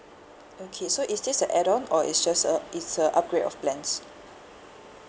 okay so it's just a add on or is just a is a upgrade of plans